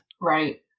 Right